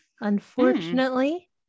Unfortunately